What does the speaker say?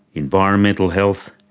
environmental health,